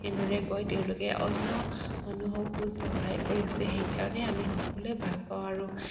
এনেদৰে গৈ তেওঁলোকে অন্য মানুহকো সহায় কৰিছে সেইকাৰণে আমি সকলোৱে ভাল পাওঁ আৰু